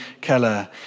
Keller